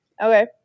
okay